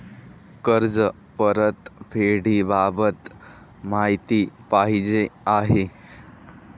कर्ज परतफेडीबाबत माहिती पाहिजे आहे